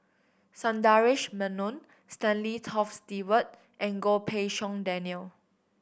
Sundaresh Menon Stanley Toft Stewart and Goh Pei Siong Daniel